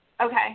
Okay